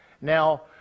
Now